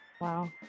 Wow